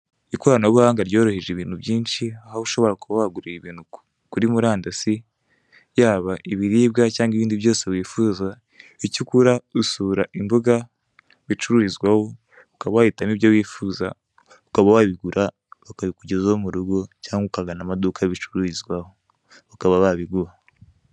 Ikoranabuhanga ryoroheje ibintu byinshi, aho ushobora kuba wagurira ibintu kuri murandasi yaba ibiribwa cyangwa ibindi byose wifuza, icyo ukora usura imbuga bicururizwaho ukaba wahitamo ibyo wifuza ukaba wabigura bakabikugezaho mu rugo cyangwa ukagana amaduka bicururizwaho bakaba babiguha.